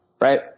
right